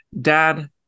Dad